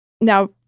Now